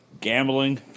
gambling